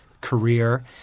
career